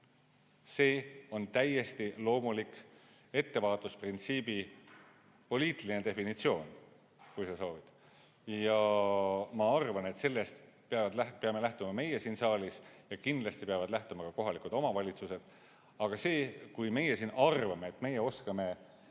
See on täiesti loomulik ettevaatusprintsiibi poliitiline definitsioon, kui sa soovid. Ja ma arvan, et sellest peame lähtuma meie siin saalis ja kindlasti peavad lähtuma ka kohalikud omavalitsused. Aga see, kui meie siin arvame, et meie oskame